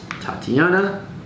Tatiana